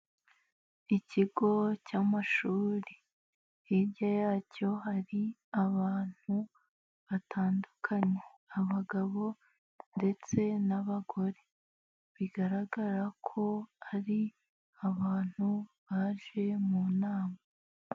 Ikigo cy'amashuri, hirya yacyo hari abantu batandukanye. Abagabo ndetse n'abagore. Bigaragara ko ari abantu baje mu nama.